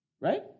right